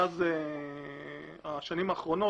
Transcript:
מאז השנים האחרונות,